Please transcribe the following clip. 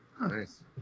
nice